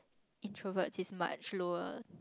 introverts is much lower